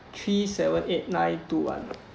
three seven eight nine to one